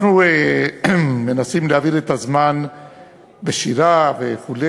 אנחנו מנסים להעביר את הזמן בשירה וכו',